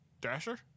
Dasher